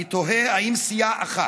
אני תוהה אם סיעה אחת,